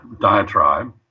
diatribe